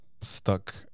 stuck